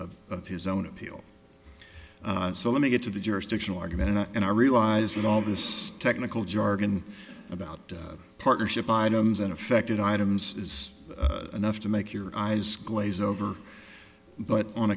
of his own appeal so let me get to the jurisdictional argument and i realize that all this technical jargon about partnership items in affected items is enough to make your eyes glaze over but on